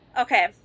okay